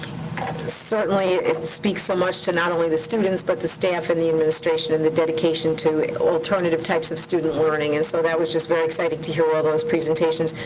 certainly, it speaks so much to not only the students, but the staff and the administration, and the dedication to alternative types of student learning. and so that was just very exciting to hear all those presentations.